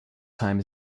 time